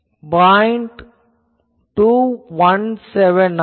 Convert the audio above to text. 217 ஆகும்